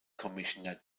commissioner